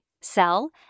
sell